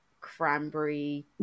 cranberry